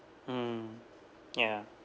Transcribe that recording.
mm ya